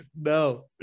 No